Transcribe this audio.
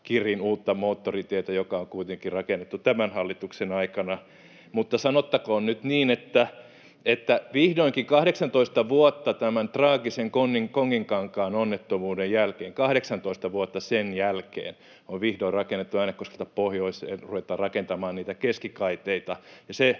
Kirrin uutta moottoritietä, joka on kuitenkin rakennettu tämän hallituksen aikana. Mutta sanottakoon nyt niin, että vihdoinkin, 18 vuotta tämän traagisen Konginkankaan onnettomuuden jälkeen, 18 vuotta sen jälkeen, on vihdoin rakennettu Äänekoskelta pohjoiseen, ruvetaan rakentamaan niitä keskikaiteita,